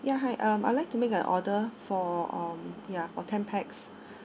ya hi um I'll like to make an order for um ya for ten pax